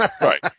right